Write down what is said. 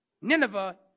Nineveh